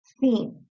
theme